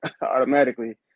automatically